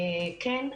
וכן,